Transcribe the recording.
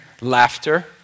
Laughter